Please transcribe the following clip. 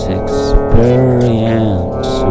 experience